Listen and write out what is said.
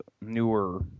newer